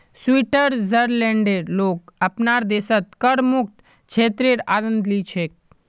स्विट्जरलैंडेर लोग अपनार देशत करमुक्त क्षेत्रेर आनंद ली छेक